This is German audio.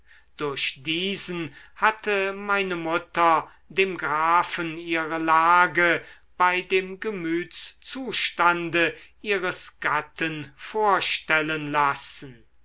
durch diesen hatte meine mutter dem grafen ihre lage bei dem gemütszustande ihres gatten vorstellen lassen